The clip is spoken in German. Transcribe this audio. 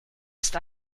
ist